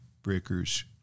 Breakers